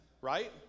Right